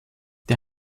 der